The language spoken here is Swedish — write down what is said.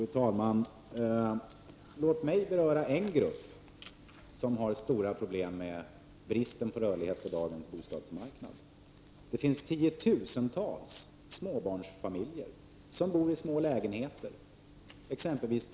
Fru talman! Jag vill beröra en grupp som har stora problem med bristen på rörlighet när det gäller dagens bostadsmarknad. Det finns tiotusentals småbarnsfamiljer som bor i små lägenheter, t.ex. tvåor.